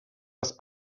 das